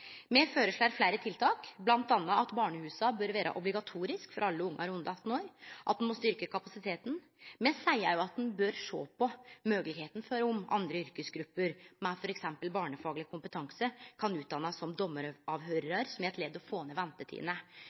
Me føreslår fleire tiltak, bl.a. at barnehusa bør vere obligatoriske for alle ungar under 18 år, og at ein må styrkje kapasiteten. Me seier òg at ein bør sjå på moglegheita for om andre yrkesgrupper med f.eks. barnefagleg kompetanse kan utdannast som dommaravhøyrarar, som eit ledd i å få ned ventetidene.